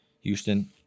Houston